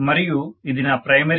మరియు ఇది నా ప్రైమరీ